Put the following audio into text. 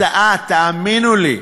לא יוסיפו להרתעה, תאמינו לי.